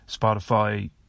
Spotify